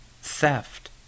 theft